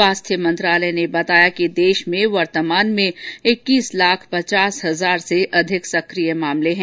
स्वास्थ्य मंत्रालय ने बताया है कि देश में वर्तमान में इक्कीस लाख पचास हजार से अधिक सक्रिय मामले हैं